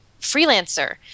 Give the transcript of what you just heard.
freelancer